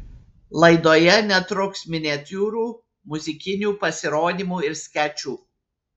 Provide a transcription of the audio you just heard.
laidoje netruks miniatiūrų muzikinių pasirodymų ir skečų